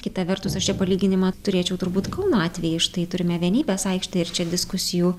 kita vertus aš čia palyginimą turėčiau turbūt kauno atveju štai turime vienybės aikštę ir čia diskusijų